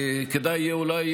יהיה אולי כדאי,